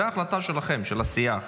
זה החלטה שלכם, של הסיעה.